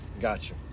Gotcha